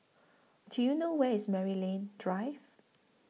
Do YOU know Where IS Maryland Drive